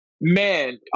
Man